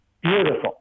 Beautiful